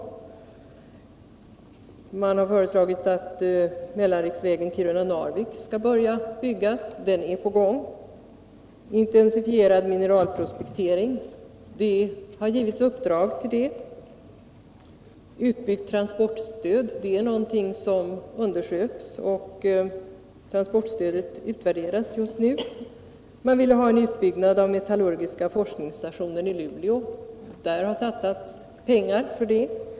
Delegationen har föreslagit att mellanriksvägen Kiruna-Narvik skall börja byggas — den är på gång. Ett annat förslag är intensifierad mineralprospektering — det har givits ett uppdrag där. Delegationen vill också ha ett utbyggt transportstöd — det är någonting som undersöks, och transportstödet utvärderas just nu. Delegationen har också framfört önskemål om en utbyggnad av metallurgiska forskningsstationen i Luleå — det har satsats pengar för detta.